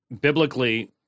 biblically